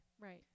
Right